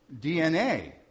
DNA